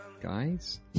guys